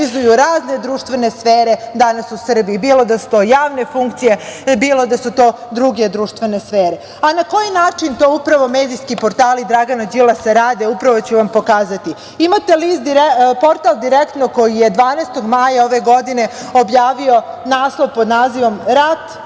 razne društvene sfere danas u Srbiji, bilo da su to javne funkcije, bilo da su to druge društvene sfere.A na koji način to upravo medijski portali Dragana Đilasa rade, upravo ću vam pokazati. Imate portal Direktno koji je 12. maja ove godine objavio naslov pod nazivom – Rat